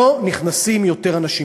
לא נכנסים יותר אנשים.